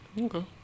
Okay